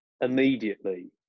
immediately